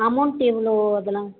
amount எவ்வளோ அதெல்லாம்